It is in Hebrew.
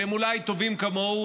שהם אולי טובים כמוהו,